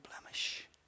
blemish